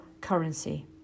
currency